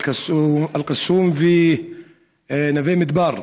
אל-קסום ונווה מדבר,